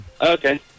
Okay